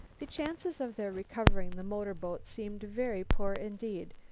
the chances of their recovering the motorboat seemed very poor indeed.